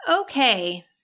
okay